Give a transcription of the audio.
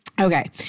Okay